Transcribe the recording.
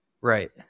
Right